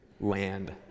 land